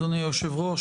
אדוני היושב-ראש,